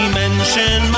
mention